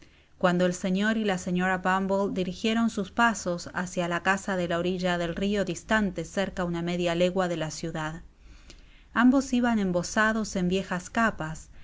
cuando el señor y la señora bumble dirigieron sus pasos hacia la casa de la orilla del rio distante cerca una media legua de la ciudad ambos iban embozados en viejas capas